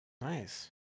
Nice